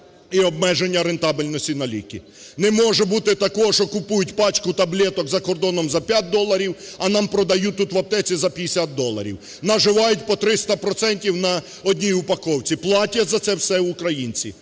і обмеження рентабельності на ліки. Не може бути такого, що купують пачку таблеток за кордоном за 5 доларів, а нам продають тут в аптеці за 50 доларів. Наживають по 300 процентів на одній упаковці. Платять за це все українці.